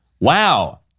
Wow